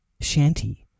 shanty